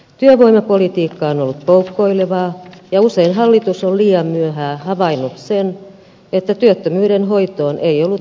työvoimapolitiikka on ollut poukkoilevaa ja usein hallitus on liian myöhään havainnut sen että työttömyyden hoitoon ei ollut riittävästi määrärahoja